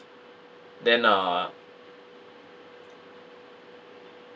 then uh